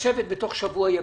לשבת בתוך שבוע ימים,